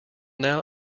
now